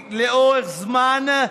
לאורך זמן,